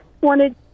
wanted